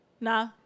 Nah